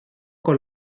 con